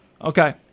Okay